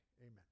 Amen